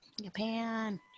Japan